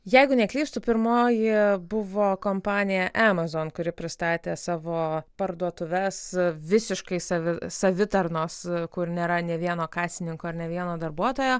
jeigu neklystu pirmoji buvo kompanija amazon kuri pristatė savo parduotuves visiškai savi savitarnos kur nėra nė vieno kasininko ir nė vieno darbuotojo